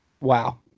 Wow